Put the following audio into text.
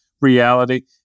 reality